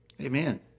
Amen